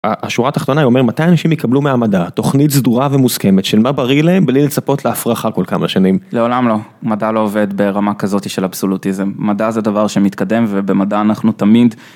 השורה התחתונה, היא אומרת מתי אנשים יקבלו מהמדע תוכנית סדורה ומוסכמת של מה בריא להם בלי לצפות להפרכה כל כמה שנים? לעולם לא, מדע לא עובד ברמה כזאת של אבסולוטיזם. מדע זה דבר שמתקדם, ובמדע אנחנו תמיד.